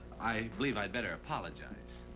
i believe i'd better apologize.